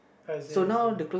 I see I see